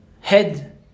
head